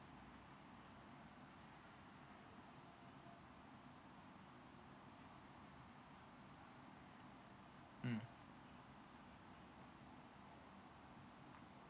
mm